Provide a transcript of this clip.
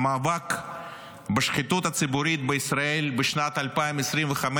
המאבק בשחיתות הציבורית בישראל בשנת 2025,